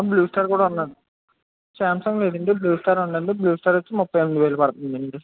blue Star కూడా ఉందండి Samsung లేదండి బ్లూ స్టార్ ఉందండి బ్లూ స్టార్ వచ్చి ముప్పై ఎనిమిది వేలు పడుతుందండి